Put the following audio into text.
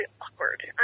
awkward